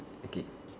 okay